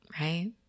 right